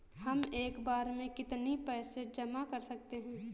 हम एक बार में कितनी पैसे जमा कर सकते हैं?